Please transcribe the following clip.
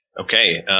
Okay